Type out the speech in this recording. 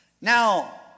Now